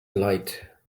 light